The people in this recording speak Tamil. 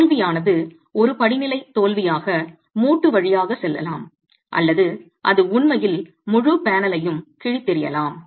தோல்வியானது ஒரு படிநிலை தோல்வியாக மூட்டு வழியாக செல்லலாம் அல்லது அது உண்மையில் முழு பேனலையும் கிழித்தெறியலாம்